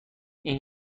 این